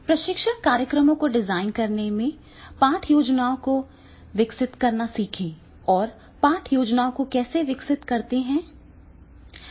प्रशिक्षण कार्यक्रमों को डिजाइन करने में पाठ योजनाओं को विकसित करना सीखें और पाठ योजनाओं को कैसे विकसित करें